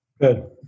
good